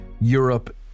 Europe